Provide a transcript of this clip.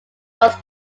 was